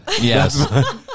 Yes